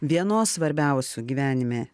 vienos svarbiausių gyvenime